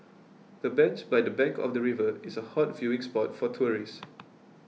the bench by the bank of the river is a hot viewing spot for tourists